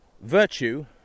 virtue